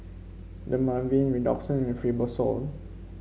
Dermaveen Redoxon and Fibrosol